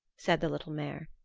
said the little mare.